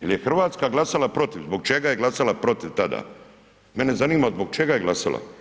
jer je Hrvatska glasala protiv, zbog čega je glasala protiv tada?, mene zanima zbog čega je glasala.